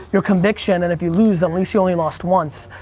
your conviction, and if you lose, at least you only lost once.